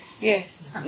yes